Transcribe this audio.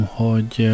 hogy